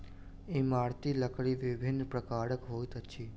इमारती लकड़ी विभिन्न प्रकारक होइत अछि